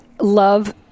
love